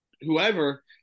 whoever